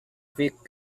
quick